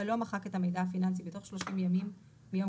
לא מחק את המידע הפיננסי בתוך 30 ימים מיום